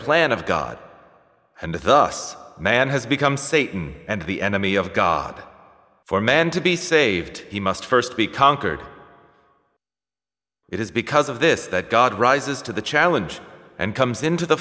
plan of god and thus man has become satan and the enemy of god for man to be saved he must st be conquered it is because of this that god rises to the challenge and comes into the